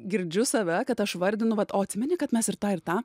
girdžiu save kad aš vardinu vat o atsimeni kad mes ir tą ir tą